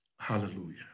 Hallelujah